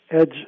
Edge